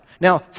Now